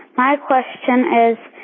my question is,